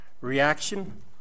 reaction